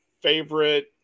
favorite